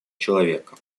человека